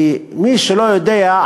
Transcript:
כי מי שלא יודע,